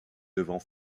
devant